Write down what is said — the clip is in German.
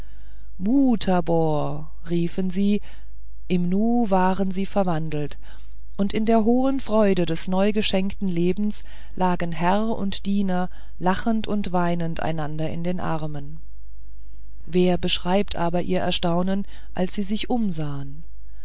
riefen sie im nu waren sie verwandelt und in der hohen freude des neugeschenkten lebens lagen herr und diener lachend und weinend einander in den armen wer beschreibt aber ihr erstaunen als sie sich umsahen